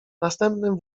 następnym